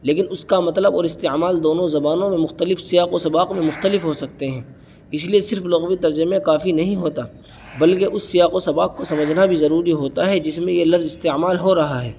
لیکن اس کا مطلب اور استعمال دونوں زبانوں میں مختلف سیاق و سباق میں مختلف ہو سکتے ہیں اسی لیے صرف لغوی ترجمے کافی نہیں ہوتا بلکہ اس سیاق و سباق کو سمجھنا بھی ضروری ہوتا ہے جس میں یہ لفظ استعمال ہو رہا ہے